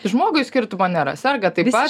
žmogui skirtumo nėra serga taip pat